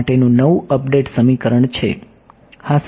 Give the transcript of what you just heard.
તેથી આ તમારું માટેનું નવું અપડેટ સમીકરણ છે